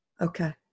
okay